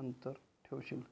अंतर ठेवशील